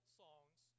songs